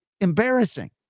embarrassing